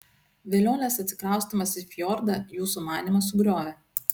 velionės atsikraustymas į fjordą jų sumanymą sugriovė